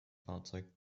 fahrzeug